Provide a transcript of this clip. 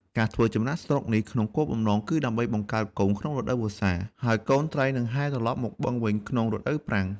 ការចំណាកស្រុកនេះ ក្នុងគោលបំណង គឺដើម្បីបង្កើតកូនក្នុងរដូវវស្សា ហើយកូនត្រីនឹងហែលត្រឡប់មកបឹងវិញក្នុងរដូវប្រាំង។